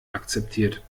akzeptiert